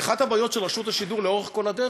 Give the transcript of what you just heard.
ואחת הבעיות של רשות השידור לאורך כל הדרך